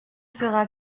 sera